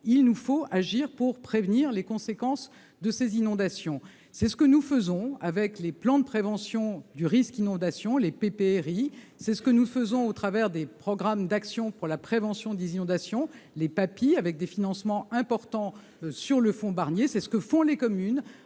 il nous faut agir pour prévenir les conséquences des inondations. C'est ce que nous faisons avec les plans de prévention des risques d'inondation (PPRI). C'est ce que nous faisons au travers des programmes d'actions de prévention des inondations (PAPI), avec des financements importants sur le fonds Barnier. C'est ce que font les communes